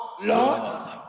Lord